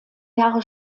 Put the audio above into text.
jahre